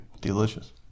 Delicious